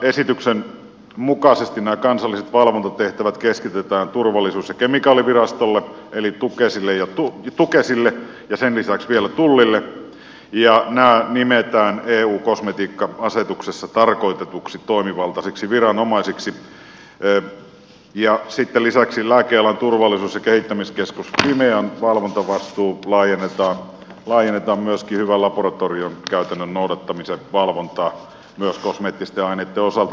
esityksen mukaisesti nämä kansalliset valvontatehtävät keski tetään turvallisuus ja kemikaalivirastolle eli tukesille ja sen lisäksi vielä tullille ja nämä nimetään eu kosmetiikka asetuksessa tarkoitetuksi toimivaltaiseksi viranomaiseksi ja sitten lisäksi lääkealan turvallisuus ja kehittämiskeskus fimean valvontavastuu laajennetaan myöskin hyvän laboratoriokäytännön noudattamisen valvontaan myös kosmeettisten aineitten osalta